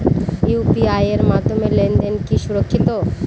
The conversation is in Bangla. ইউ.পি.আই এর মাধ্যমে লেনদেন কি সুরক্ষিত?